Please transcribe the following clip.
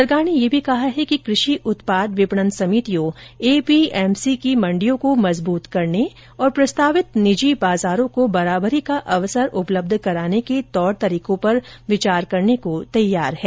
सरकार ने यह भी कहा है कि कृषि उत्पाद विपणन समितियों एपीएमसीकी मंडियों को मजबूत करने और प्रस्तावित निजी बाजारों को बराबरी का अवसर उपलब्ध कराने के तौर तरीकों पर विचार करने को तैयार है